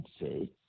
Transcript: say